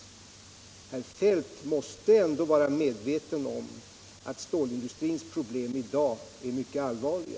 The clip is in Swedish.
Herr Feldt måste ändå vara medveten om att stålindustrins problem i dag är mycket allvarliga.